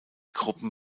gruppen